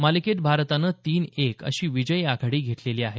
मालिकेत भारतानं तीन एक अशी विजयी आघाडी घेतलेली आहे